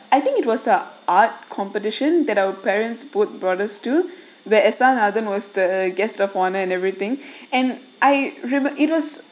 I think it was a art competition that our parents put brought us to where esan adam was the guest of honour and everything and I remem~ it was